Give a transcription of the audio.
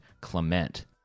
Clement